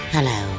Hello